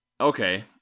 Okay